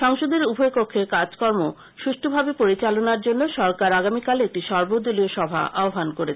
সংসদের উভয়কক্ষের কাজকর্ম সুষ্ঠুভাবে পরিচালনার জন্য সরকার আগামীকাল একটি সর্বদলীয় সভা আহ্হান করেছে